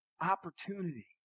opportunity